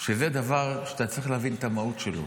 זה דבר שאתה צריך להבין את המהות שלו.